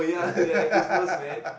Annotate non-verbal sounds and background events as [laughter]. [laughs]